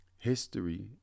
History